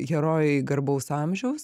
herojai garbaus amžiaus